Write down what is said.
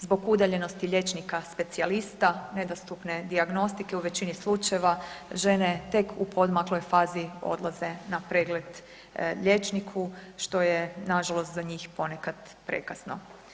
Zbog udaljenosti liječnika specijalista, nedostupne dijagnostike u većini slučajeva, žene tek u poodmakloj fazi odlaze na pregled liječniku što je nažalost za njih ponekad prekasno.